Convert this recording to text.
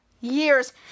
years